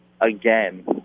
again